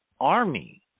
army